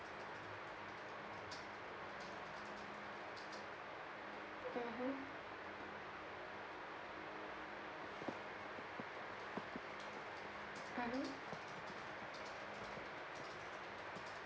mmhmm mmhmm